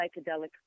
psychedelic